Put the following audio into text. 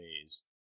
ways